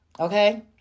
Okay